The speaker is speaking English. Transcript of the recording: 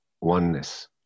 oneness